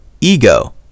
ego